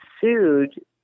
sued